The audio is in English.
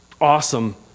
Awesome